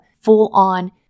full-on